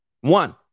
One